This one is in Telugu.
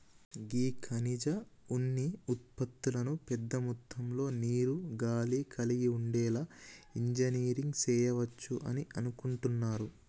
గీ ఖనిజ ఉన్ని ఉత్పతులను పెద్ద మొత్తంలో నీరు, గాలి కలిగి ఉండేలా ఇంజనీరింగ్ సెయవచ్చు అని అనుకుంటున్నారు